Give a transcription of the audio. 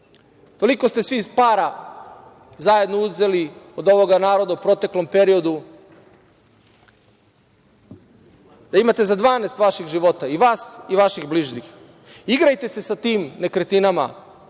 Toliko ste svi para zajedno uzeli od ovoga naroda u proteklom periodu da imate za 12 vaših života i vas i vaših bližnjih. Igrajte se sa tim nekretninama,